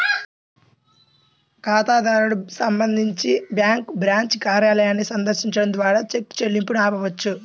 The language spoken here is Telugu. ఖాతాదారుడు సంబంధించి బ్యాంకు బ్రాంచ్ కార్యాలయాన్ని సందర్శించడం ద్వారా చెక్ చెల్లింపును ఆపవచ్చు